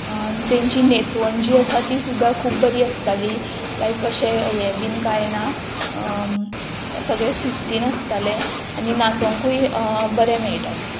तेंची न्हेसवण जी आसा ती सुद्दा खूब बरी आसताली लायक कशें हें बीन कांय ना सगळें शिस्तीन आसतालें आनी नाचोंकूय बरें मेळटालें